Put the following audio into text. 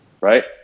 Right